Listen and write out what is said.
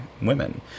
women